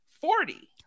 Forty